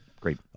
great